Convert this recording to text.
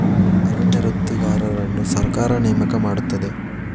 ಅರಣ್ಯ ವೃತ್ತಿಗಾರರನ್ನು ಸರ್ಕಾರ ನೇಮಕ ಮಾಡುತ್ತದೆ